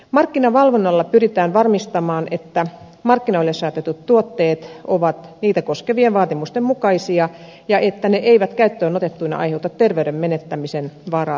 markkinavalvonnalla pyritään varmistamaan että markkinoille saatetut tuotteet ovat niitä koskevien vaatimusten mukaisia ja että ne eivät käyttöön otettuina aiheuta terveyden menettämisen vaaraa työpaikoilla